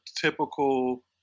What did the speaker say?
typical